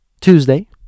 Tuesday